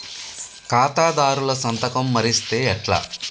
ఖాతాదారుల సంతకం మరిస్తే ఎట్లా?